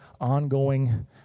ongoing